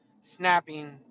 snapping